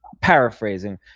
paraphrasing